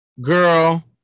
Girl